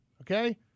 Okay